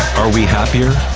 are we happier?